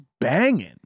banging